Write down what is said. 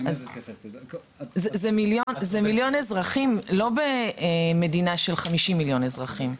זה מיליון אזרחים לא במדינה של 50 מיליון אזרחים.